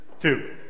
two